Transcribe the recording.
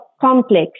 complex